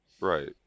right